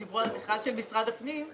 כשדיברו על המכרז של משרד הפנים,